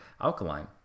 alkaline